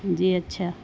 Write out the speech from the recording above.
جی اچھا